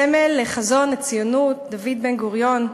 סמל לחזון הציונות, דוד בן-גוריון,